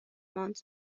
ماند